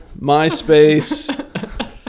MySpace